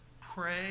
Pray